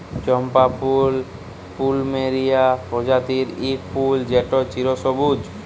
চম্পা ফুল পলুমেরিয়া প্রজাতির ইক ফুল যেট চিরসবুজ